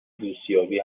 دوستیابی